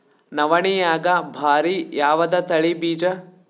ನವಣಿಯಾಗ ಭಾರಿ ಯಾವದ ತಳಿ ಬೀಜ?